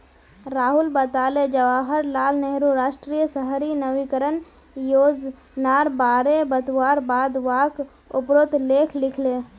राहुल बताले जवाहर लाल नेहरूर राष्ट्रीय शहरी नवीकरण योजनार बारे बतवार बाद वाक उपरोत लेख लिखले